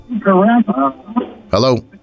hello